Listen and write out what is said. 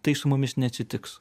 tai su mumis neatsitiks